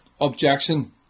objection